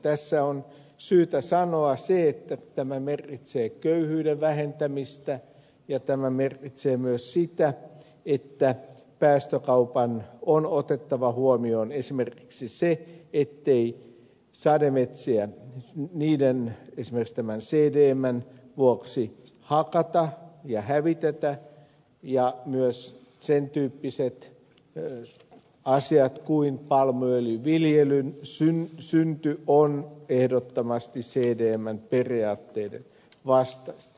tässä on syytä sanoa se että tämä merkitsee köyhyyden vähentämistä ja tämä merkitsee myös sitä että päästökaupan on otettava huomioon esimerkiksi se ettei sademetsiä esimerkiksi niiden tämän cdmn vuoksi hakata ja hävitetä ja myös sen tyyppiset asiat kuin palmuöljyn viljelyn synty on ehdottomasti cdmn periaatteiden vastaista